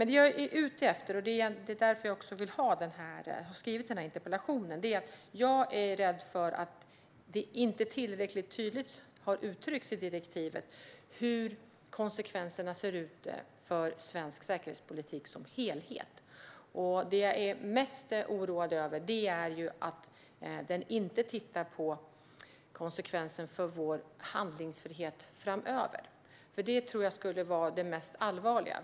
Det jag är ute efter, och det är därför jag har skrivit den här interpellationen, är att jag är rädd för att det inte har uttryckts tillräckligt tydligt i direktivet hur konsekvenserna ser ut för svensk säkerhetspolitik som helhet. Det jag är mest oroad över är att den inte tittar på konsekvensen för vår handlingsfrihet framöver. Det tror jag skulle vara det mest allvarliga.